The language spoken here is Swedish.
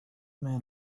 med